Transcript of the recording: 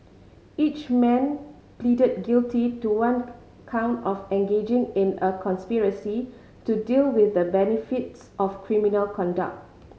each man pleaded guilty to one count of engaging in a conspiracy to deal with the benefits of criminal conduct